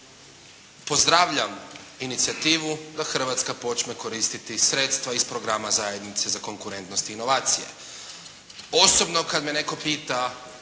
Pozdravljam inicijativu da Hrvatska počne koristiti sredstva iz programa zajednice za konkurentnost inovacije. Osobno kad me netko pita,